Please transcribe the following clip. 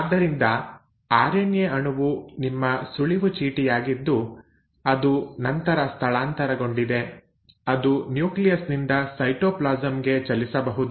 ಆದ್ದರಿಂದ ಆರ್ಎನ್ಎ ಅಣುವು ನಿಮ್ಮ ಸುಳಿವು ಚೀಟಿಯಾಗಿದ್ದು ಅದು ನಂತರ ಸ್ಥಳಾಂತರಗೊಂಡಿದೆ ಅದು ನ್ಯೂಕ್ಲಿಯಸ್ ನಿಂದ ಸೈಟೋಪ್ಲಾಸಂ ಗೆ ಚಲಿಸಬಹುದು